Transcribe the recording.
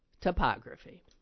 topography